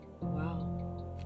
Wow